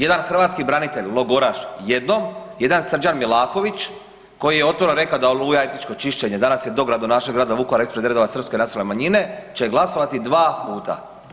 Jedan hrvatski branitelj logoraš jednom, jedan Srđan Milaković koji je otvoreno rekao da Oluja je etničko čišćenje danas je dogradonačelnik grada Vukovara ispred redova srpske nacionalne manjine će glasovati 2 puta.